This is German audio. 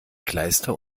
kleister